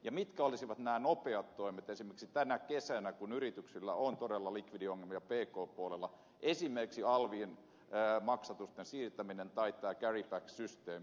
ja mitkä olisivat nämä nopeat toimet esimerkiksi tänä kesänä kun yrityksillä on todella likvidiongelmia pk puolella olisiko sellainen esimerkiksi alvin maksatusten siirtäminen tai tämä carry back systeemi